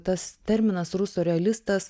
tas terminas ruso realistas